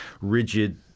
rigid